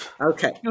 Okay